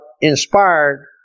inspired